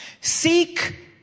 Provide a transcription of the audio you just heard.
seek